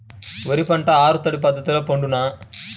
వరి పంట ఆరు తడి పద్ధతిలో పండునా?